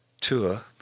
tour